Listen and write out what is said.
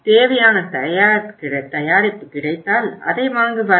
தேவையான தயாரிப்பு கிடைத்தால் அதை வாங்குவார்